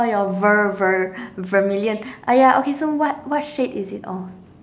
or your ver~ ver~ vermillion ah ya so what what what shade is it of